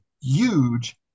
huge